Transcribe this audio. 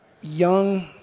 young